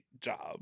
job